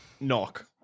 Knock